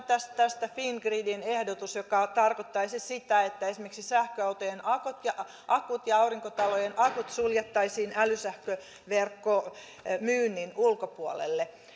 tästä tästä on fingridin ehdotus joka tarkoittaisi sitä että esimerkiksi sähköautojen akut ja akut ja aurinkotalojen akut suljettaisiin älysähköverkkomyynnin ulkopuolelle